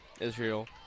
Israel